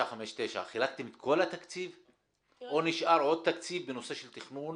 959 או נשאר עוד תקציב בנושא של תכנון